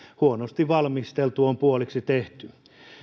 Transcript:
huonosti valmisteltu on puoliksi tehty